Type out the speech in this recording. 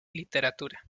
literatura